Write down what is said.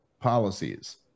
policies